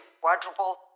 quadruple